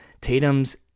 tatum's